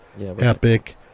Epic